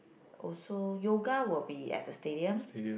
also yoga will be at the stadium